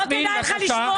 לא כדאי לך לשמוע.